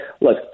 look